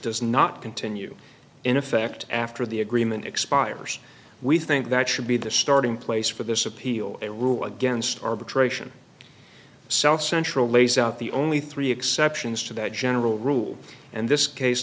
does not continue in effect after the agreement expires we think that should be the starting place for this appeal a rule against arbitration south central lays out the only three exceptions to that general rule and this case